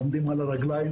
עומדות על הרגליים.